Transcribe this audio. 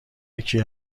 یکی